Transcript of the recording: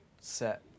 set